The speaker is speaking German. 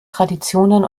traditionen